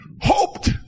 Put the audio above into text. hoped